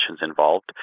involved